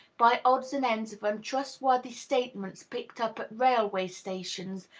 by odds and ends of untrustworthy statements picked up at railway-stations,